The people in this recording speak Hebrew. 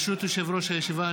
ברשות יושב-ראש הישיבה,